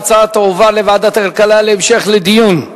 ההצעה תועבר לוועדת הכלכלה להמשך דיון.